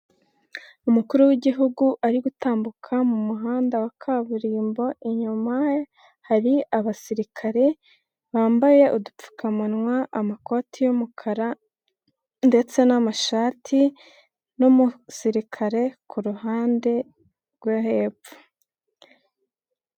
Umukuru w'Igihugu ari gutambuka mu muhanda wa kaburimbo, inyuma hari abasirikare bambaye udupfukamunwa, amakoti y'umukara ndetse n'amashati, n'umusirikare ku ruhande rwo hepfo.